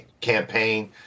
campaign